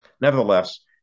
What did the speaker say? nevertheless